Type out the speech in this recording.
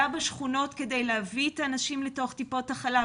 בשכונות כדי להביא את האנשים לטיפות החלב.